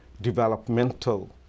developmental